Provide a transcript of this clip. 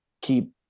keep